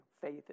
faith